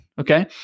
okay